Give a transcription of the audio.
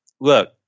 look